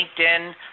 LinkedIn